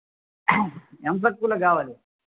ఎంత తక్కువలో కావాలి